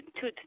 two